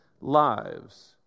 lives